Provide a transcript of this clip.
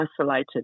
isolated